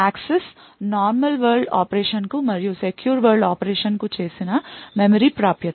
access normal world ఆపరేషన్కు మరియు secure world ఆపరేషన్కు చేసిన మెమరీ ప్రాప్యత